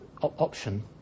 option